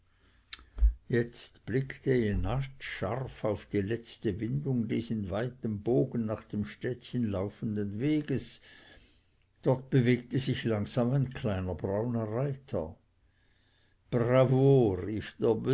jetzt blickte jenatsch scharf auf die letzte windung des in weitem bogen nach dem städtchen laufenden weges dort bewegte sich langsam ein kleiner brauner reiter bravo rief